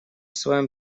своем